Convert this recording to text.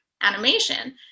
animation